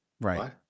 Right